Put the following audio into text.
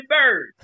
birds